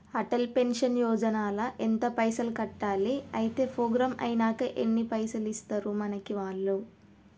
Atal pension Yojana ల ఎంత పైసల్ కట్టాలి? అత్తే ప్రోగ్రాం ఐనాక ఎన్ని పైసల్ ఇస్తరు మనకి వాళ్లు?